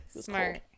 Smart